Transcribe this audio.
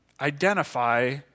identify